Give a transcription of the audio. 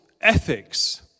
ethics